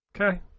Okay